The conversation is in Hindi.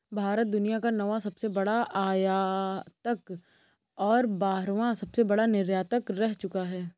भारत दुनिया का नौवां सबसे बड़ा आयातक और बारहवां सबसे बड़ा निर्यातक रह चूका है